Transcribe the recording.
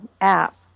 app